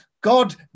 God